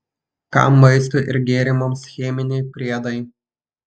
kam maistui ir gėrimams cheminiai priedai